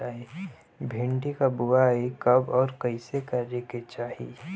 भिंडी क बुआई कब अउर कइसे करे के चाही?